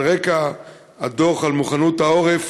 ועל רקע הדוח על מוכנות העורף,